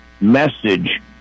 message